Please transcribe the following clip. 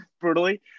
brutally